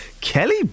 Kelly